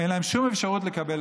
אין להם שום אפשרות לקבל